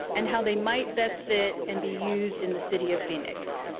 and how they might best fit and be used in the city of phoenix.